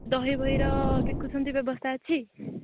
ଦହିଫହିର ବିକୁଛନ୍ତି ବ୍ୟବସ୍ଥା ଅଛି